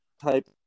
type